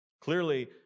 Clearly